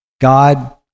God